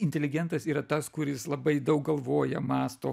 inteligentas yra tas kuris labai daug galvoja mąsto